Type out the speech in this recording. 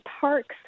parks